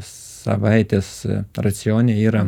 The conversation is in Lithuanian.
savaitės racione yra